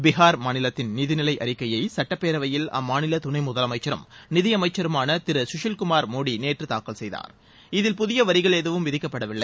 பீகார் மாநிலத்தின் நிதிநிலை அறிக்கையை சட்டப்பேரவையில் அம்மாநில துணை முதலனமச்சரும் நிதியமைச்சருமான திரு சுஷில் குமார் மோடி நேற்று தாக்கல் செய்தார் இதில் புதிய வரிகள் எதுவும் விதிக்கப்படவில்லை